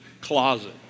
closet